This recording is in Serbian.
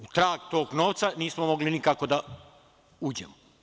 U trag tog novca nismo mogli nikako da uđemo.